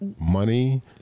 money